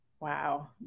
Wow